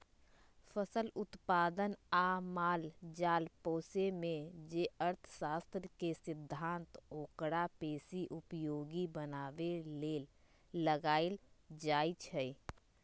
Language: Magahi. फसल उत्पादन आ माल जाल पोशेमे जे अर्थशास्त्र के सिद्धांत ओकरा बेशी उपयोगी बनाबे लेल लगाएल जाइ छइ